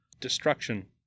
destruction